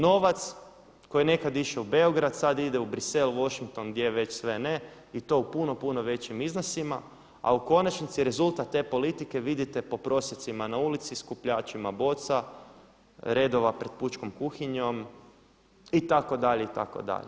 Novac koji je nekada išao u Beograd, sada ide u Bruxelles, Washington, gdje već sve ne i to u puno, puno većim iznosima a u konačnici rezultat te politike vidite po prosjacima na ulici, skupljačima boca, redova pred pučkom kuhinjom itd. itd.